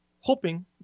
hoping